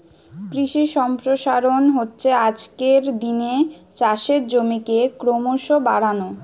কৃষি সম্প্রসারণ হচ্ছে আজকের দিনে চাষের জমিকে ক্রোমোসো বাড়ানো